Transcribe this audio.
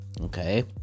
Okay